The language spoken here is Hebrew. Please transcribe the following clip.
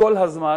שהועלו כל הזמן.